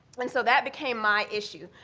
and so that became my issue,